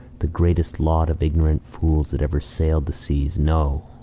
the greatest lot of ignorant fools that ever sailed the seas. no!